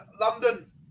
London